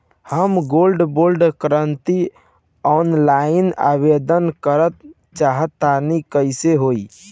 हम gold bond करंति offline आवेदन करल चाह तनि कइसे होई?